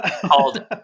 called